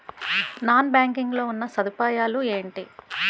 Non banking లో ఉన్నా సదుపాయాలు ఎంటి?